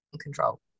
control